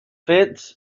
fits